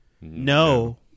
No